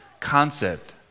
concept